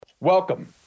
Welcome